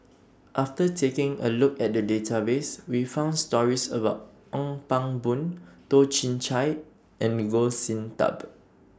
after taking A Look At The Database We found stories about Ong Pang Boon Toh Chin Chye and Goh Sin Tub